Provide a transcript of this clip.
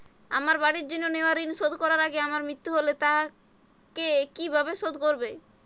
আমার বাড়ির জন্য নেওয়া ঋণ শোধ করার আগে আমার মৃত্যু হলে তা কে কিভাবে শোধ করবে?